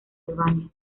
albania